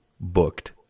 booked